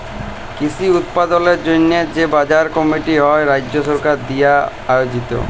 কৃষি উৎপাদলের জন্হে যে বাজার কমিটি হ্যয় রাজ্য সরকার দিয়া আয়জিত